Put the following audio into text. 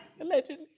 Allegedly